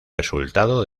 resultado